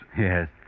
Yes